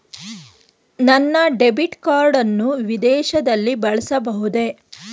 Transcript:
ನನ್ನ debit card ಅನ್ನು ವಿದೇಶದಲ್ಲಿ ಬಳಸಬಹುದೇ?